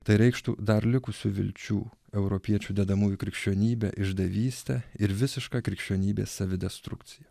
tai reikštų dar likusių vilčių europiečių dedamųjų krikščionybė išdavystė ir visiška krikščionybės savidestrukcija